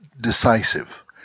Decisive